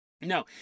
No